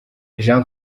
jean